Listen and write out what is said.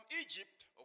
Egypt